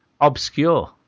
Obscure